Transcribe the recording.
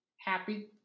Happy